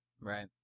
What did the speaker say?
Right